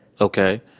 Okay